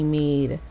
made